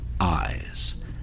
eyes